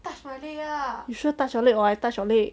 you sure touch your leg or I touch your leg